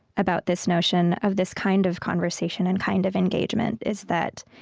about this notion of this kind of conversation and kind of engagement is that,